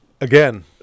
Again